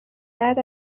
بعد